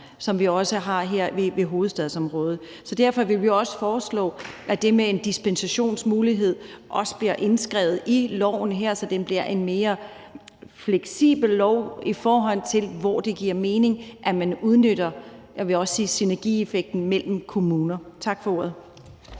som vi også har her ved hovedstadsområdet? Så derfor vil vi foreslå, at det med en dispensationsmulighed også bliver indskrevet i loven her, så det bliver en mere fleksibel lov, i forhold til hvor det giver mening at udnytte synergieffekten mellem kommuner. Tak for ordet.